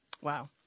Wow